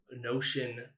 notion